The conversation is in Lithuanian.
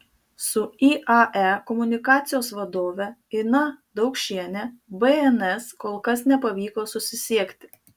su iae komunikacijos vadove ina daukšiene bns kol kas nepavyko susisiekti